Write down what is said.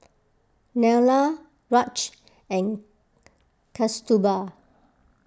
Neila Raj and Kasturba